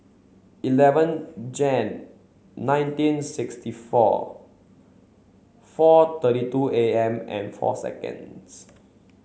eleven Jan nineteen sixty four four thirty two A M and four seconds